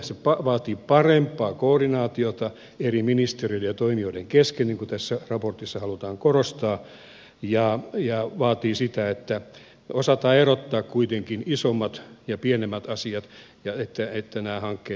se vaatii parempaa koordinaatiota eri ministeriöiden ja toimijoiden kesken niin kuin tässä raportissa halutaan korostaa ja vaatii sitä että osataan erottaa kuitenkin isommat ja pienemmät asiat ja että nämä hankkeet eivät puuroudu